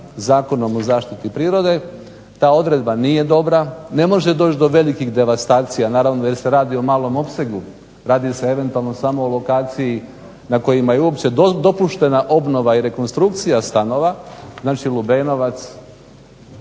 Zakonom o zaštiti prirode. Ta odredba nije dobra. Ne može doći do velikih devastacija naravno jer se radi o malom opsegu. Radi se eventualno samo o lokaciji na kojima je uopće dopuštena obnova i rekonstrukcija stanova, znači Lubenovac